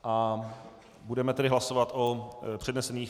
A budeme tedy hlasovat o přednesených ...